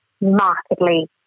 markedly